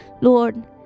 Lord